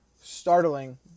startling